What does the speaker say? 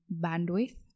bandwidth